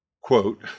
Quote